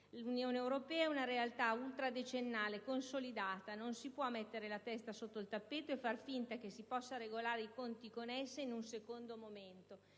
L'Unione europea è una realtà ultradecennale e consolidata. Non si può mettere la testa sotto il tappeto e far finta che si possa regolare i conti con essa in un secondo momento,